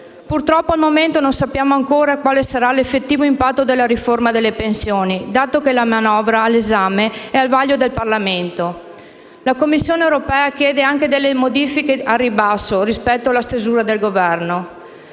Purtroppo, al momento non sappiamo ancora quale sarà l'effettivo impatto della riforma delle pensioni, dato che la manovra è all'esame e al vaglio del Parlamento e la Commissione europea chiede anche modifiche al ribasso rispetto a quanto contenuto